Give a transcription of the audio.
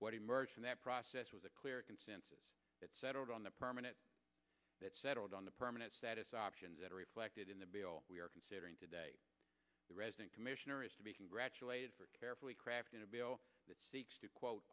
what emerged from that process was a clear consensus that settled on a permanent that settled on the permanent status options that are reflected in the bill we are considering today the resident commissioner is to be congratulated for carefully crafting a bill that seeks to quote